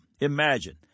Imagine